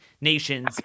nations